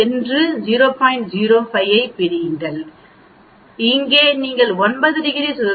05 ஐப் படியுங்கள் இங்கே நீங்கள் 9 டிகிரி சுதந்திரத்திற்கு 1